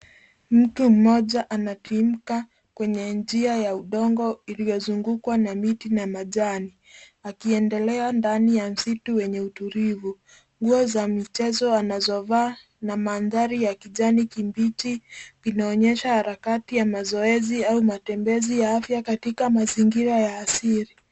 Mtu mmoja anatimuka kwenye njia ya udongo iliyozungukwa na miti na majani, akiedelea ndani ya msitu wenye utulivu. Nguo za michezo anazovaa na mandhari ya kijani kibichi inaonyesha harakati ya mazoezi au matembezi ya afya katika mazingira ya asili.